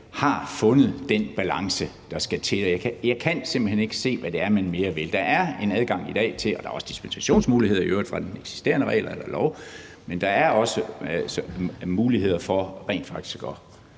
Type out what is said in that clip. har fundet den balance, der skal til. Jeg kan simpelt hen ikke se, hvad man vil mere. Der er adgang til det i dag, og der er også dispensationsmuligheder, i øvrigt fra eksisterende regler eller lov. Men der er også muligheder for rent faktisk at